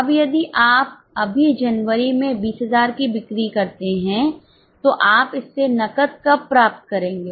अब यदि आप अभी जनवरी में २०००० की बिक्री करते हैं तो आप इससे नकद कब प्राप्त करेंगे